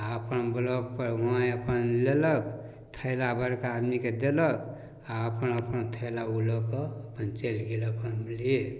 आओर अपन ब्लॉकपर हुआँ अपन लेलक थैला बड़का आदमीके देलक आओर अपन अपन थैला ओ लऽ कऽ अपन चलि गेल अपन बुझलिए